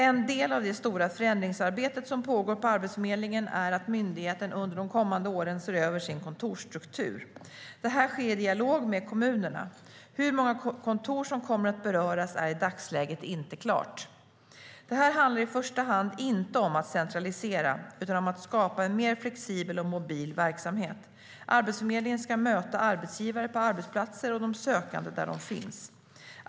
En del av det stora förändringsarbete som pågår på Arbetsförmedlingen är att myndigheten under de kommande åren ser över sin kontorsstruktur. Det här sker i dialog med kommunerna. Hur många kontor som kommer att beröras är i dagsläget inte klart. Det här handlar i första hand inte om att centralisera utan om att skapa en mer flexibel och mobil verksamhet. Arbetsförmedlingen ska möta arbetsgivare på arbetsplatser och de sökande där de finns.